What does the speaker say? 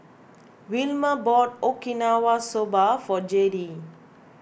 Wilmer bought Okinawa Soba for Jayde